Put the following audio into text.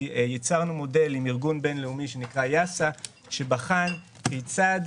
יצרנו מודל עם ארגון בין-לאומי שבחן כיצד